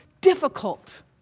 difficult